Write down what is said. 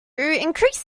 increase